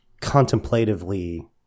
contemplatively